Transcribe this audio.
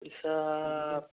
পইচা